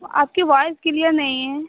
वो आपकी voice clear नहीं है